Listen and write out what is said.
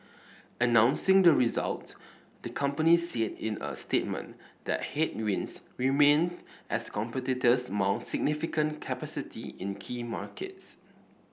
announcing the results the company said in a statement that headwinds remain as competitors mount significant capacity in key markets